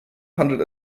handelt